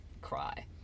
cry